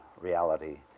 reality